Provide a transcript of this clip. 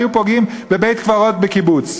היו פוגעים בבית-קברות בקיבוץ.